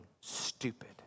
stupid